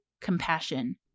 compassion